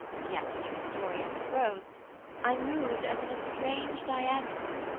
and yet to give the story as it rose i moved as in a strange diagonal,